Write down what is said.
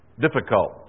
difficult